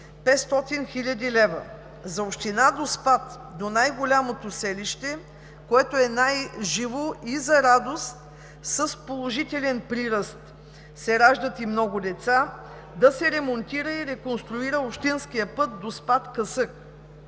500 хил. лв. За община Доспат – най-голямото селище, което е най-живо и за радост с положителен прираст, раждат се и много деца, да се ремонтира и реконструира общинският път Доспат – Късак.